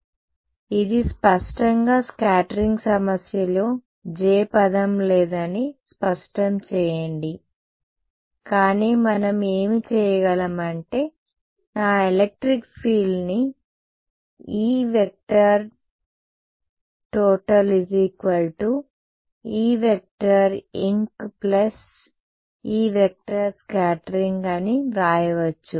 కాబట్టి ఇది స్పష్టంగా స్కాటరింగ్ సమస్యలో J పదం లేదని స్పష్టం చేయండి కానీ మనం ఏమి చేయగలం అంటే నా ఎలక్ట్రిక్ ఫీల్డ్ని Etot Einc Escat అని వ్రాయవచ్చు